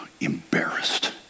embarrassed